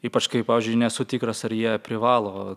ypač kai pavyzdžiui nesu tikras ar jie privalo